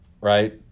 Right